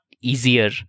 easier